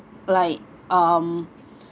like um